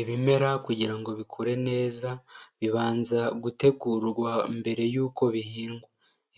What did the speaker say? Ibimera kugira ngo bikure neza bibanza gutegurwa mbere y'uko bihingwa,